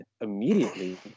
immediately